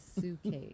suitcase